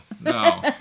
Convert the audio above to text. no